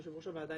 יושב-ראש הוועדה.